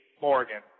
Morgan